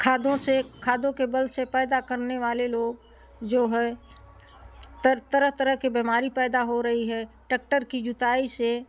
खादों से खादों के बल से पैदा करने वाले लोग जो है तर तरह तरह की बीमारी पैदा हो रही है ट्रैक्टर की जोताई से